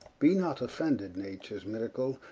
be not offended natures myracle,